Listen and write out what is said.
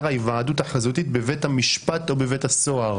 ההיוועדות החזותית בבית המשפט או בבית הסוהר".